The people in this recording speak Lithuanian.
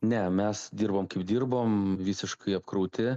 ne mes dirbom dirbom visiškai apkrauti